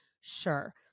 Sure